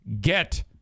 get